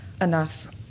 enough